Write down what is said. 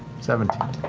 seventeen.